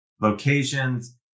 locations